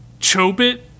Chobit